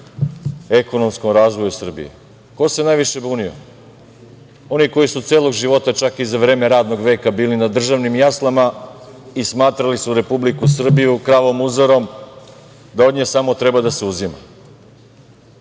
ekonomskom razvoju Srbije. Ko se najviše bunio? Oni koji su celog života, čak i za vreme radnog veka, bili na državnim jaslama i smatrali su Republiku Srbiju kravom muzarom, da od nje samo treba da se uzima.